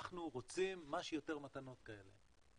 אנחנו רוצים מה שיותר מתנות כאלה.